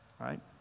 right